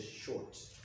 short